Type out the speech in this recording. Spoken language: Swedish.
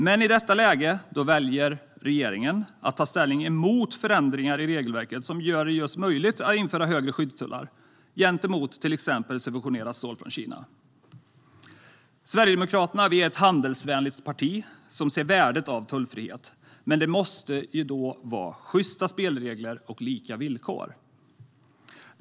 Men i detta läge väljer regeringen att ta ställning mot förändringar i regelverket som gör det möjligt att införa högre skyddstullar gentemot till exempel subventionerat stål från Kina. Sverigedemokraterna är ett handelsvänligt parti som ser värdet av tullfrihet, men det måste vara sjysta spelregler och lika villkor.